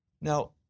Now